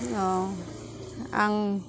आं